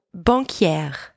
banquière